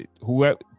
Whoever